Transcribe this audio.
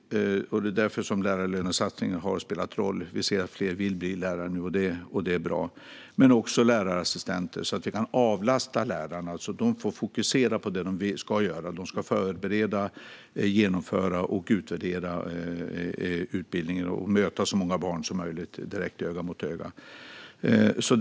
Det är därför lärarlönesatsningen har spelat roll. Vi ser nu att fler vill bli lärare, och det är bra. Men vi behöver också lärarassistenter så att vi kan avlasta lärarna och låta dem fokusera på det de ska göra: förbereda, genomföra och utvärdera utbildningen och möta så många barn som möjligt öga mot öga.